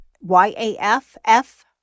Y-A-F-F